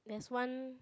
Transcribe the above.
there's one